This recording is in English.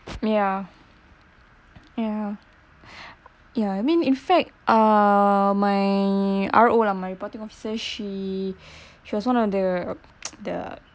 yeah yeah ya I mean in fact uh my R_O lah my reporting officer she she was one of the the